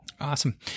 Awesome